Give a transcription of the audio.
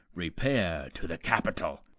repair to the capitol.